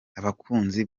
abakunzi